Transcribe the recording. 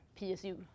PSU